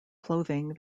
clothing